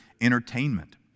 entertainment